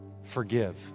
forgive